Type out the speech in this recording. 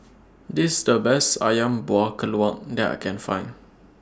This The Best Ayam Buah Keluak that I Can Find